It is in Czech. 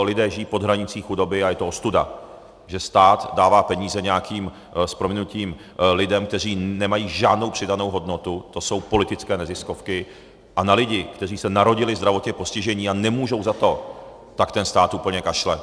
Lidé žijí pod hranicí chudoby a je to ostuda, že stát dává peníze nějakým s prominutím lidem, kteří nemají žádnou přidanou hodnotu, to jsou politické neziskovky, a na lidi, kteří se narodili zdravotně postižení a nemůžou za to, tak ten stát úplně kašle.